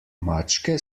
mačke